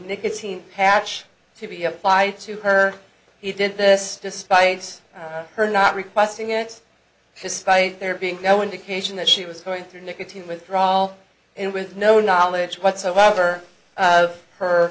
nicotine patch to be applied to her he did this despite her not requesting it despite there being no indication that she was going through nicotine withdrawal and with no knowledge whatsoever of her